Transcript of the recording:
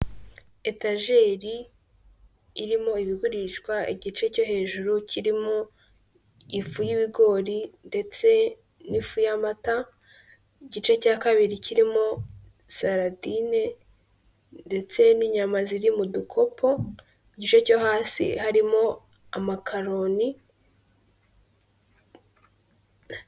Etajeri irimo ibigurishwa igice cyo hejuru kirimo ifu y'ibigori ndetse n'ifu y'amata, igice cya kabiri kirimo saladine ndetse n'inyama ziri mu dukopo , ugice cyo hasi harimo amakaroni.